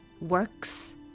works